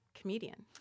comedian